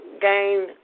gain